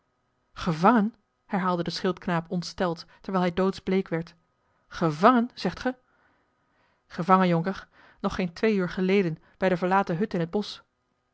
gevangen herhaalde de schildknaap ontsteld terwijl hij doodsbleek werd gevangen zegt ge gevangen jonker nog geen twee uur geleden bij de verlaten hut in het bosch